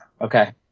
Okay